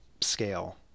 scale